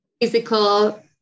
physical